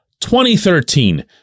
2013